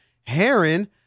Heron